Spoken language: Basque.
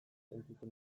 sentitu